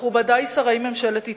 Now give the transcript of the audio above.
מכובדי שרי ממשלת איטליה,